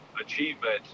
achievement